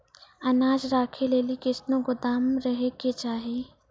अनाज राखै लेली कैसनौ गोदाम रहै के चाही?